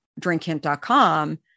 drinkhint.com